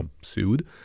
sued